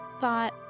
thought